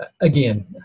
again